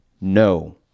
No